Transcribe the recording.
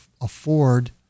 afford